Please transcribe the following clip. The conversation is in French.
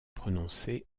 prononcée